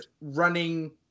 running